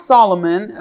Solomon